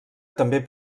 també